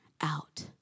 out